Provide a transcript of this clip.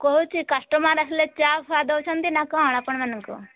କହୁଛି କଷ୍ଟମର୍ ଆସିଲେ ଚା'ଫା ଦେଉଛନ୍ତି ନା କ'ଣ ଆପଣମାନଙ୍କୁ